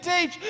teach